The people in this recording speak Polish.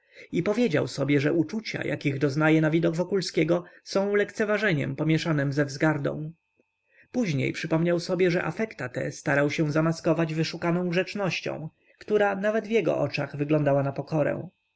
i powiedział sobie że uczucia jakich doznaje na widok wokulskiego są lekceważeniem pomięszanem ze wzgardą później przypomniał sobie że afekta te starał się zamaskować wyszukaną grzecznością która nawet w jego oczach wyglądała na pokorę